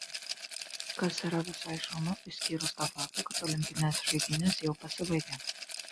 kas yra visai šaunu išskyrus tą faktą kad olimpinės žaidynės jau pasibaigė